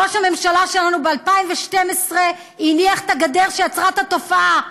ראש הממשלה שלנו הניח ב-2012 את הגדר שעצרה את התופעה,